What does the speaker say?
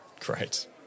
Great